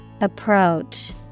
Approach